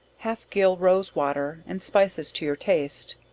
half gill rose-water, and spices to your taste,